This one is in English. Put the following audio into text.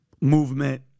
movement